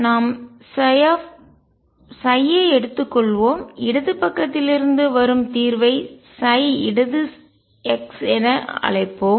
நாம் ஐ எடுத்துக்கொள்வோம் இடது பக்கத்திலிருந்து வரும் தீர்வை இடது x என அழைப்போம்